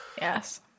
Yes